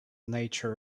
nature